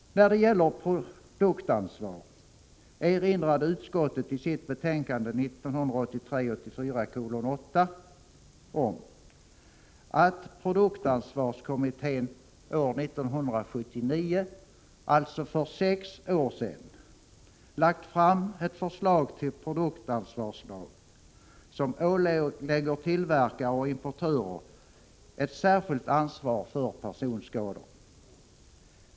När det gäller produktansvar erinrade utskottet i sitt betänkande 1983/84:8 om att produktansvarskommittén år 1979 — alltså för sex år sedan — lagt fram ett förslag till produktansvarslag, som ålägger tillverkare och importörer ett särskilt ansvar för personskador.